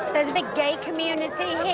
there's a big gay community here.